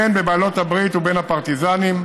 בין בבעלות הברית ובין בפרטיזנים.